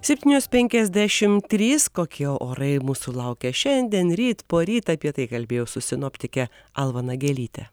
septynios penkiasdešimt trys kokie orai mūsų laukia šiandien ryt poryt apie tai kalbėjau su sinoptike alma nagelyte